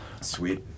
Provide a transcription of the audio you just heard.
sweet